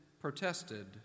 protested